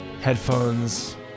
headphones